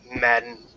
Madden